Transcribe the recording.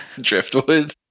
driftwood